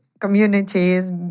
communities